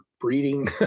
breeding